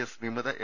S വിമത M